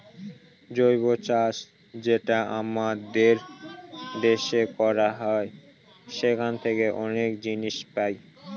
জৈব চাষ যেটা আমাদের দেশে করা হয় সেখান থাকে অনেক জিনিস পাই